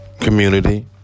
community